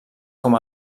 com